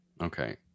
Okay